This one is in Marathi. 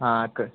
हा कर